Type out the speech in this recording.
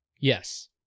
yes